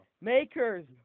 Makers